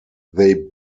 they